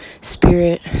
spirit